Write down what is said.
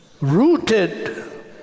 rooted